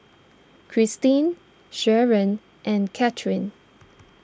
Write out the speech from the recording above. Kristin Sherron and Catharine